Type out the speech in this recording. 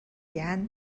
яана